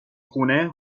خونه